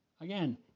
again